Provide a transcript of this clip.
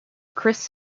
chris